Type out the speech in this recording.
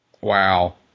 Wow